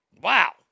Wow